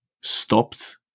stopped